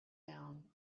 down